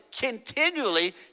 continually